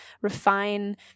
refine